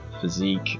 physique